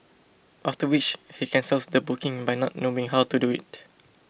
after which he cancels the booking by not knowing how to do it